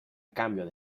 cambio